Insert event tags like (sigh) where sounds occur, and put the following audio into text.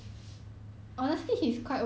(laughs)